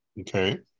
Okay